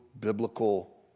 biblical